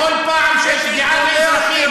בכל פעם שיש פגיעה באזרחים,